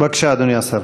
בבקשה, אדוני השר.